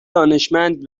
دانشمند